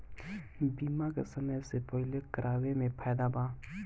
बीमा के समय से पहिले करावे मे फायदा बा